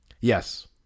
yes